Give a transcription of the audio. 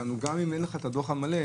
גם אם אין לך את הדוח המלא,